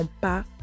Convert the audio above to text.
pas